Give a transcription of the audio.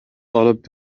طلبت